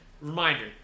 reminder